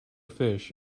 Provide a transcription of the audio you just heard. fish